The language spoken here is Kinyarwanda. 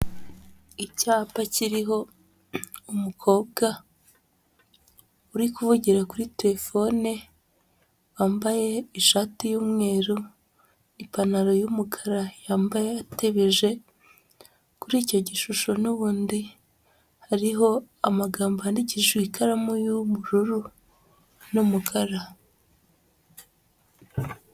Icyapa kiriho umukobwa uri kuvugira kuri telefone, wambaye ishati y'umweru, ipantaro y'umukara, yambaye atebeje, kuri icyo gishusho n'ubundi hariho amagambo yandikishije ikaramu y'ubururu n'umukara.